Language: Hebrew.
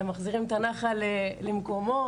מחזירים את הנחל למקומו.